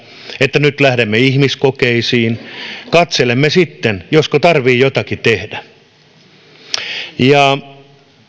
että nyt lähdemme ihmiskokeisiin ja katselemme sitten josko tarvitsee jotakin tehdä